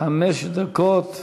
חמש דקות.